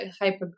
hyper